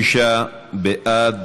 46 בעד,